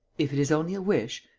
if it is only a wish,